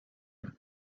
him